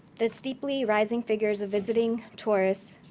the steeply rising figures of visiting tourists